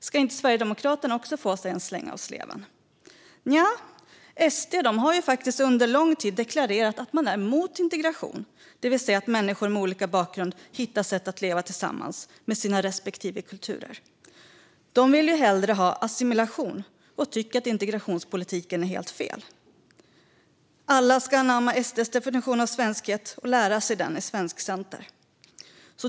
Ska inte Sverigedemokraterna också få sig en släng av sleven? Nja, Sverigedemokraterna har ju under lång tid deklarerat att de är emot integration, det vill säga att människor med olika bakgrund hittar sätt att leva tillsammans med sina respektive kulturer. De vill hellre ha assimilation och tycker att integrationspolitiken är helt fel. Alla ska anamma SD:s definition av svenskhet och lära sig den i svenskcenter.